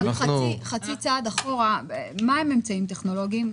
חצי צעד אחורה: מה הם אמצעים טכנולוגיים?